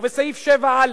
ובסעיף 7א,